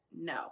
No